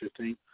2015